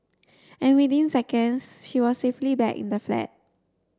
and within seconds she was safely back in the flat